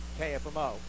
KFMO